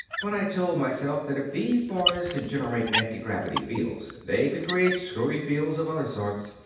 but i told myself that if these boys could generate antigravity fields they could create screwy fields of other sorts.